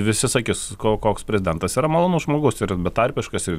visi sakis ko koks prezidentas yra malonus žmogus ir betarpiškas ir